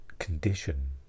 condition